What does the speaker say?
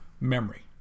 memory